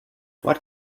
what